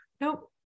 Nope